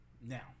Now